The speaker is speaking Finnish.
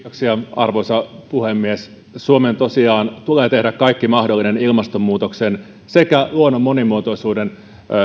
arvoisa puhemies suomen tosiaan tulee tehdä kaikki mahdollinen ilmastonmuutoksen sekä luonnon monimuotoisuuden